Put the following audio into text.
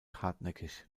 hartnäckig